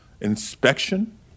inspection